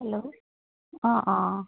hello অঁ অঁ